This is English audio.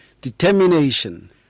Determination